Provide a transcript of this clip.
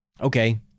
okay